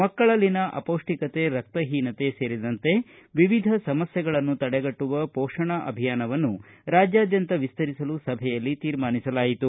ಮಕ್ಕಳಲ್ಲಿನ ಅಪೌಷ್ಟಿಕತೆ ರಕ್ತಹಿನತೆ ಸೇರಿದಂತೆ ವಿವಿಧ ಸಮಸ್ಥೆಗಳನ್ನು ತಡೆಗಟ್ಟುವ ಪೋಷಣ ಅಭಿಯಾನ ರಾಜ್ಯಾದ್ಯಂತ ವಿಸ್ತರಿಸಲು ಸಭೆಯಲ್ಲಿ ತೀರ್ಮಾನಿಸಲಾಯಿತು